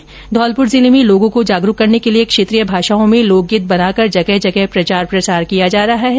इसी के तहत धौलपुर जिले में लोगों को जागरूक करने के लिए क्षेत्रीय भाषाओं में लोकगीत बनाकर जगह जगह प्रचार प्रसार किया जा रहा है